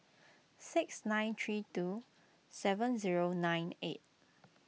six nine three two seven zero nine eight